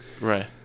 right